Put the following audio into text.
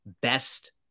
best